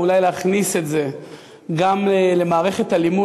ואולי להכניס את זה גם למערכת הלימוד.